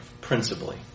principally